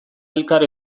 elkar